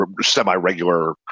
semi-regular